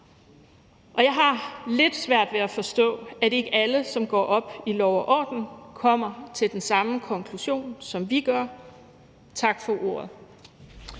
af. Jeg har lidt svært ved at forstå, at ikke alle, som går op i lov og orden, kommer til den samme konklusion, som vi gør. Tak for ordet.